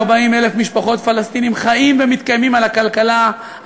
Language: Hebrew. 240,000 בני משפחות פלסטינים חיים ומתקיימים על הכלכלה הישראלית.